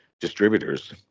distributors